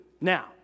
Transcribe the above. Now